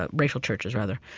ah racial churches, rather,